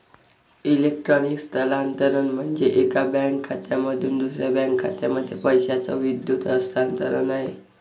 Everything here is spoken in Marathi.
इलेक्ट्रॉनिक स्थलांतरण म्हणजे, एका बँक खात्यामधून दुसऱ्या बँक खात्यामध्ये पैशाचं विद्युत हस्तांतरण आहे